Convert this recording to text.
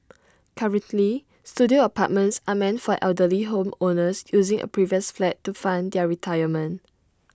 currently Studio apartments are meant for elderly home owners using A previous flat to fund their retirement